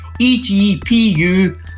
EGPU